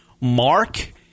Mark